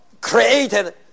Created